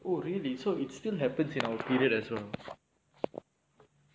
oh really so it still happens in our period